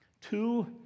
two